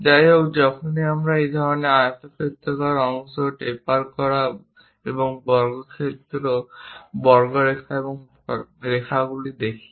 যাইহোক যখনই আমরা এই ধরনের আয়তক্ষেত্রাকার অংশ টেপার করা এবং বক্ররেখা এবং রেখাগুলি দেখি